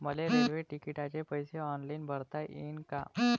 मले रेल्वे तिकिटाचे पैसे ऑनलाईन भरता येईन का?